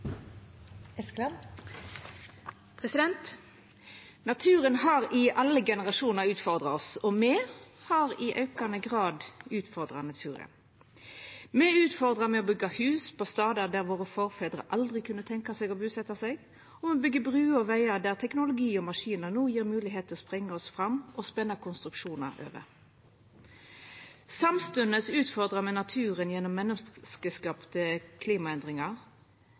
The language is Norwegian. Naturen har i alle generasjoner utfordra oss, og me har i aukande grad utfordra naturen. Me utfordrar ved å byggja hus på stader der forfedrane våre aldri kunne tenkja seg å busetja seg, og me byggjer bruer og vegar der teknologi og maskiner no gjev oss moglegheit til å sprengja oss fram og spenna konstruksjonar over. Samstundes utfordrar me naturen gjennom menneskeskapte klimaendringar.